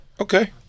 okay